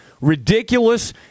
Ridiculous